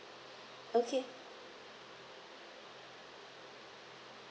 okay